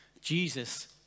Jesus